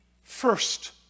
first